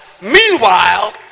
Meanwhile